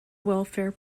welfare